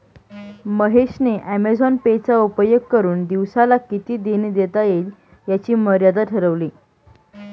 महेश ने Amazon Pay चा उपयोग करुन दिवसाला किती देणी देता येईल याची मर्यादा ठरवली